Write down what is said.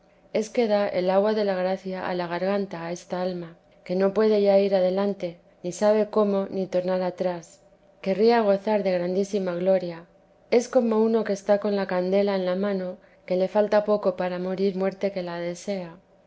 es que da el agua de la gracia a la garganta a esta alma que no pueda ya ir adelante ni sabe cómo ni tornar atrás querría gozar de grandísima gloria es como uno que está con la candela en la mano que le falta poco para morir muerte que la desea